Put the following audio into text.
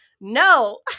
no